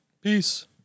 Peace